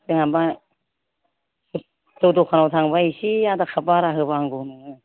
जोंहाबा जौ दखानाव थांबा एसे आधा काप बारा होबा हामगौ नङो